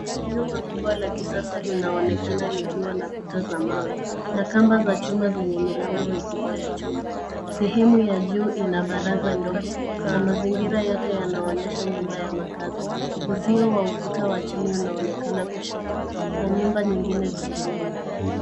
Jumba kubwa la kisasa linaonekana likiwa na kuta za mawe na kamba za chuma zenye milango mikubwa ya chuma. Sehemu ya juu ina baraza ndogo na mazingira yote yanaonyesha nyumba ya makazi. Uzio wa ukuta wa chini unaonekana kushoto na nyumba zingine ziko nyuma.